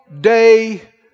day